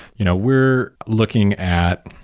you know we're looking at,